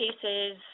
cases